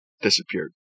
disappeared